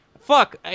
Fuck